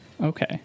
Okay